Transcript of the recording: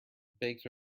baked